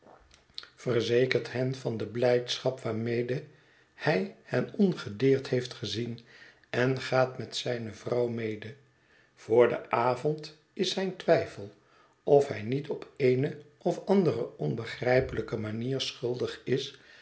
verzekert hen van de blijdschap waarmede hij hen ongedeerd heeft gezien en gaat met zijne vrouw mede voor den avond is zijn twijfel of hij niet op eene of andere onbegrijpelijke manier schuldig is